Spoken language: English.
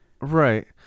right